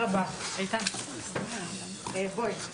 << סיום >> הישיבה ננעלה בשעה 10:40. << סיום >>